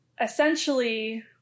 essentially